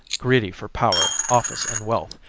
greedy for power, office, and wealth,